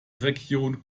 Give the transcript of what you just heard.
region